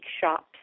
shops